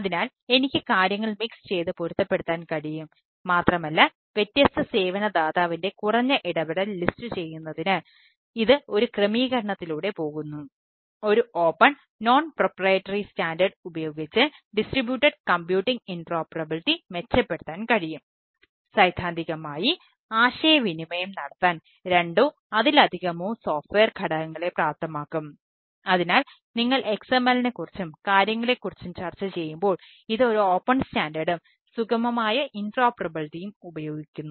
അതിനാൽ എനിക്ക് കാര്യങ്ങൾ മിക്സ് ഉപയോഗിക്കുന്നു